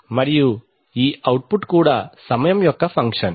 మరియు ఈ అవుట్పుట్ కూడా సమయం యొక్క ఫంక్షన్